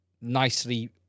nicely